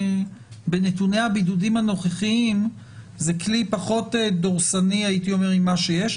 בנתוני הבידודים הנוכחיים זה כלי פחות דורסני ממה שיש.